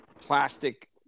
plastic